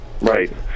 right